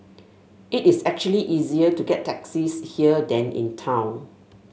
it is actually easier to get taxis here than in town